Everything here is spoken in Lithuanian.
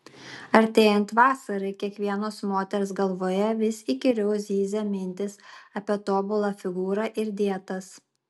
artėjant vasarai kiekvienos moters galvoje vis įkyriau zyzia mintys apie tobulą figūrą ir dietas